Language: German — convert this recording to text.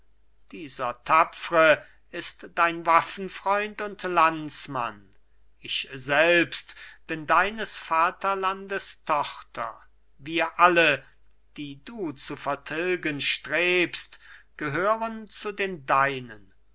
dieser tapfre ist dein waffenfreund und landsmann ich selbst bin deines vaterlandes tochter wir alle die du zu vertilgen strebst gehören zu den deinen